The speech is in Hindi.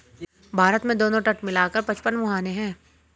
भारत में दोनों तट मिला कर पचपन मुहाने हैं